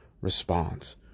response